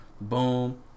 boom